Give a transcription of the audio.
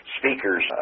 speakers